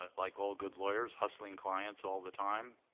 ah like all good lawyers, hustling clients all the time.